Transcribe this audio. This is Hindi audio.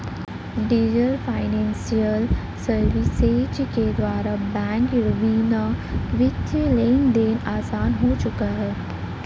डीजल फाइनेंसियल सर्विसेज के द्वारा बैंक रवीना वित्तीय लेनदेन आसान हो चुका है